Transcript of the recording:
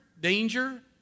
danger